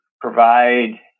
provide